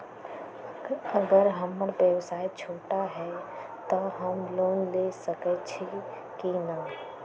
अगर हमर व्यवसाय छोटा है त हम लोन ले सकईछी की न?